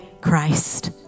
Christ